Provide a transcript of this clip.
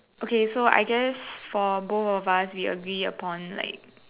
okay so I guess for the both of us we agree upon like